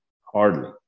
hardly